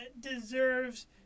deserves